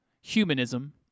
humanism